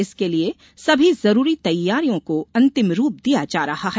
इसके लिये सभी जरूरी तैयारियों को अंतिम रूप दिया जा रहा है